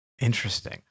Interesting